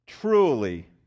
Truly